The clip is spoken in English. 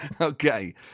Okay